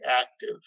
active